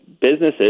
businesses